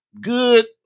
good